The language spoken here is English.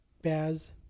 Baz